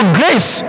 grace